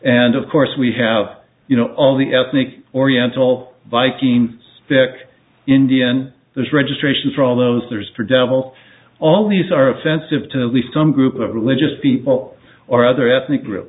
and of course we have you know all the ethnic oriental vikings that indian there's registration for all those there is for devil all these are offensive to least some group of religious people or other ethnic groups